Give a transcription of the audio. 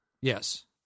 Yes